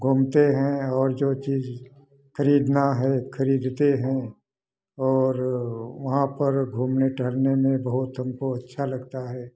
घूमते हैं और जो चीज खरीदना है खरीदते हैं और वहाँ पर घूमने टहलने में बहुत हमको अच्छा लगता है